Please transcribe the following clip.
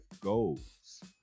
goals